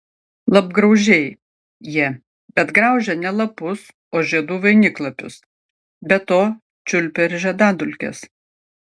lapgraužiai jie bet graužia ne lapus o žiedų vainiklapius be to čiulpia ir žiedadulkes